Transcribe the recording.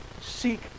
seek